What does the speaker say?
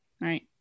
right